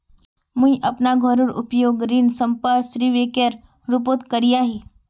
मुई अपना घोरेर उपयोग ऋण संपार्श्विकेर रुपोत करिया ही